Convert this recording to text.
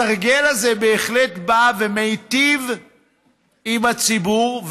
הסרגל הזה בהחלט בא ומיטיב עם הציבור,